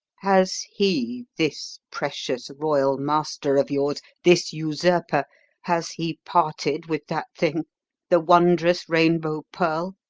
has he, this precious royal master of yours, this usurper has he parted with that thing the wondrous rainbow pearl?